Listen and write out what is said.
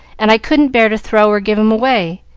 and i couldn't bear to throw or give em away.